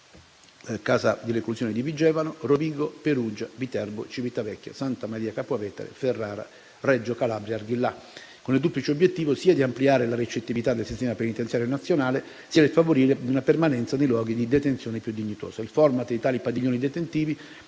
di pena, a Vigevano, Rovigo, Perugia, Viterbo, Civitavecchia, Santa Maria Capua Vetere, Ferrara e Reggio Calabria Arghillà, con il duplice obiettivo sia di ampliare la recettività del sistema penitenziario nazionale, sia di favorire una permanenza nei luoghi di detenzione più dignitosa. Il *format* di tali padiglioni detentivi,